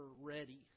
ready